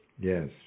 Yes